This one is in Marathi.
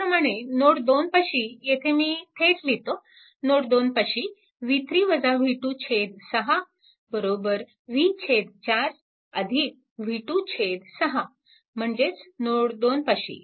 त्याचप्रमाणे नोड 2 पाशी येथे मी थेट लिहितो नोड 2 पाशी 6 v4 v26 म्हणजेच नोड 2 पाशी